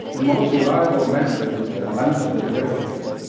the most reliable measure is the length of the railways.